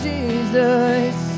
Jesus